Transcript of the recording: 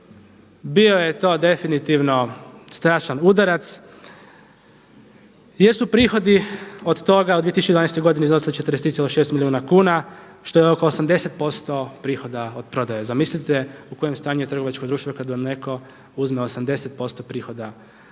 Bio je to definitivno strašan udarac, jer su prihodi od toga, od 2012. godine izostali 43,6 milijuna kuna što je oko 80% prihoda od prodaje. Zamislite u kojem stanju je trgovačko društvo kad vam netko uzme 80% prihoda od prodaje.